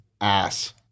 ass